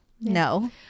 no